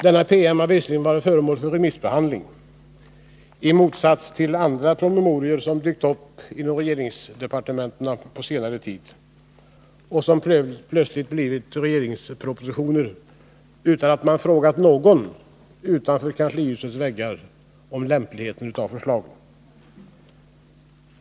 Denna PM har visserligen varit föremål för remissbehandling, i motsats till andra promemorior som dykt upp inom departementen på senare tid och som plötsligt blivit regeringspropositioner, utan att man frågat någon utanför kanslihusets väggar om lämpligheten av förslagen.